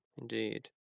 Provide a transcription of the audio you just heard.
Indeed